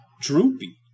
Droopy